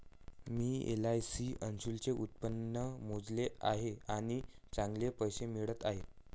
मी LIC इन्शुरन्सचे उत्पन्न मोजले आहे आणि चांगले पैसे मिळत आहेत